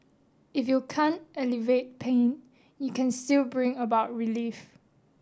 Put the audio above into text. if you can't alleviate pain you can still bring about relief